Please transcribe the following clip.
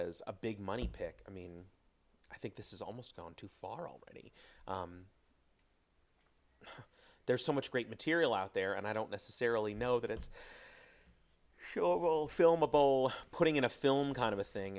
as a big money pick i mean i think this is almost gone too far already there's so much great material out there and i don't necessarily know that it's show will filmable putting in a film kind of a thing